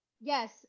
Yes